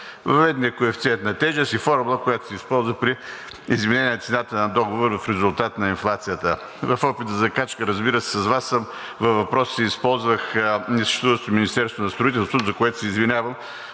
въведен е коефициент на тежест и формула, която се използва при изменение цената на договора в резултат на инфлацията. В опит за закачка, разбира се, с Вас във въпросите използвах несъществуващо Министерство на строителството, за което се извинявам,